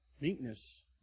Meekness